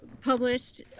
published